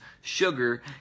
sugar